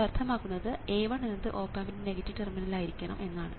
അത് അർത്ഥമാക്കുന്നത് A1 എന്നത് ഓപ് ആമ്പിൻറെ നെഗറ്റീവ് ടെർമിനൽ ആയിരിക്കണം എന്നാണ്